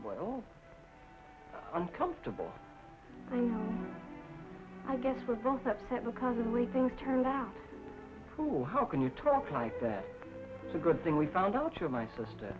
well uncomfortable i guess for both upset because of the way things turned the pool how can you talk like that it's a good thing we found out to my sister